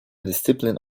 discipline